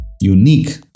unique